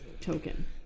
token